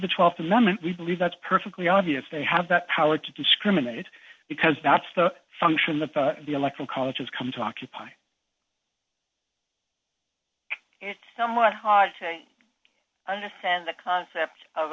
the th amendment we believe that's perfectly obvious they have that power to discriminate because that's the function that the electoral college has come to occupy it's somewhat hard to understand the concept of